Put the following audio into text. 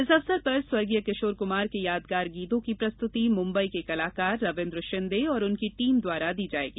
इस अवसर पर स्व किशोर कुमार के यादगार गीतों की प्रस्तुति मुम्बई के कलाकार रविन्द्र शिंदे व उनकी टीम द्वारा दी जायेगी